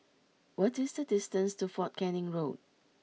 what is the distance to Fort Canning Road